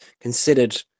considered